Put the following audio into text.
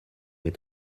est